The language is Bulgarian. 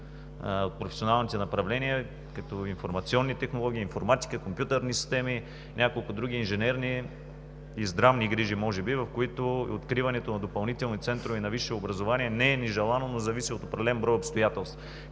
от професионалните направления, като информационни технологии, информатика, компютърни системи, няколко други инженерни и здравни грижи, може би, в които откриването на допълнителни центрове за висше образование не е нежелано, но зависи от определен брой обстоятелства.